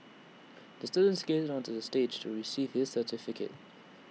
the student skated onto the stage to receive his certificate